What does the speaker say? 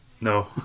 No